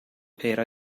era